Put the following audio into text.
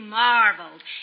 marveled